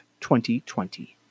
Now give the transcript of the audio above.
2020